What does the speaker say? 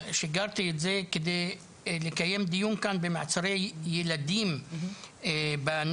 שיגרתי את זה כדי לקיים דיון כאן במעצרי ילדים בנגב,